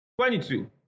22